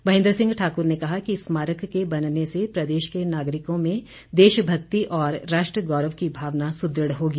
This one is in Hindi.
महेन्द्र सिंह ठाकुर ने कहा कि स्मारक के बनने से प्रदेश के नागरिकों में देश भक्ति और राष्ट्र गौरव की भावन सुदृढ़ होगी